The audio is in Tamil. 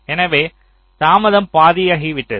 எனவே தாமதம் பாதியாகிவிட்டது